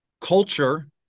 culture